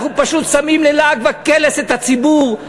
אנחנו פשוט שמים ללעג וקלס את הציבור.